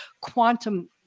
quantum